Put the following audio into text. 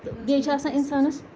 بیٚیہِ چھِ آسان اِنسانَس